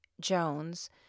Jones